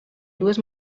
dues